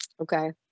Okay